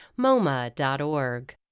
MoMA.org